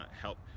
help